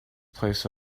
place